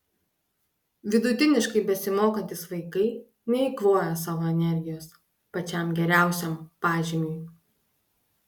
vidutiniškai besimokantys vaikai neeikvoja savo energijos pačiam geriausiam pažymiui